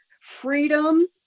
freedom